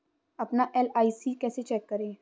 अपना एल.आई.सी कैसे चेक करें?